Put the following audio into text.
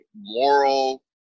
moral